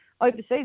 overseas